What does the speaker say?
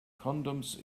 condoms